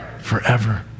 Forever